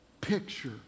picture